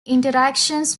interactions